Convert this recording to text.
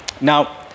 Now